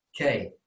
Okay